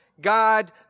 God